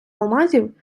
алмазів